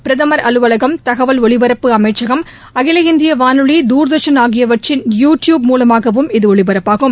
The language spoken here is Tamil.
பிரதமர் அலுவலகம் தகவல் ஒலிப்பரப்பு அளமச்சகம் அகில இந்திய வாளொலி தூர்தர்ஷன் ஆகியவற்றின் யூ டியூப் மூலமாகவும் இது ஒளிபரப்பாகும்